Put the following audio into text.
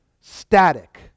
Static